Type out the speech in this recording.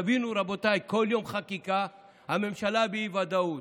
תבינו, רבותיי, בכל יום חקיקה הממשלה באי-ודאות.